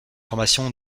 formation